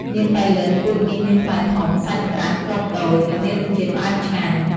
មៀនប៉ៃលិន ពូជនេះមានផ្លែធំ សាច់ក្រាស់ គ្រាប់តូច និងមានរសជាតិផ្អែមឆ្ងាញ់។